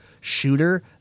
shooter